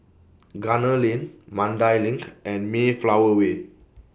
Gunner Lane Mandai LINK and Mayflower Way